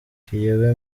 kiyobe